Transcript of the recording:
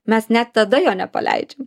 mes net tada jo nepaleidžiam